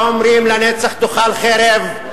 שאומרים: לנצח תאכל חרב,